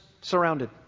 surrounded